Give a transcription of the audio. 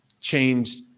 changed